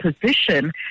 position